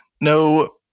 No